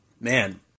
Man